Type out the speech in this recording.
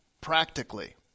practically